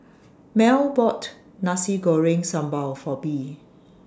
Mell bought Nasi Goreng Sambal For Bee